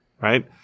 right